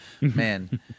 man